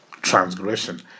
Transgression